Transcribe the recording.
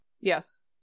Yes